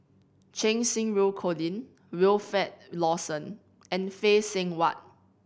Cheng Xinru Colin Wilfed Lawson and Phay Seng Whatt